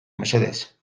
mesedez